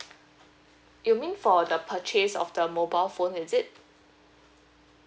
you mean for the purchase of the mobile phone is it